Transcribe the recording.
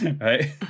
Right